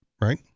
Right